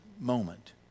moment